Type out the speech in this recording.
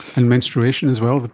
and menstruation as well,